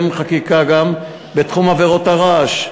את הטיפול בה בחקיקה היא בתחום עבירות הרעש.